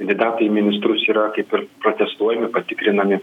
kandidatai į ministrus yra kaip ir protdestuojami patikrinami